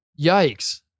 Yikes